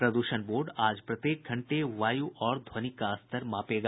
प्रदूषण बोर्ड आज प्रत्येक घंटे वायु और ध्वनि का स्तर मापेगा